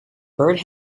byrd